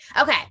Okay